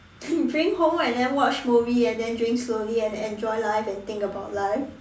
bring home and then watch movie and then drink slowly and enjoy life and think about life